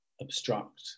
obstruct